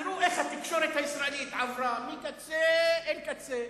תראו איך התקשורת הישראלית עברה מקצה אל קצה,